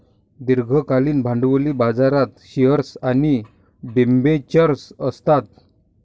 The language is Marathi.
दीर्घकालीन भांडवली बाजारात शेअर्स आणि डिबेंचर्स असतात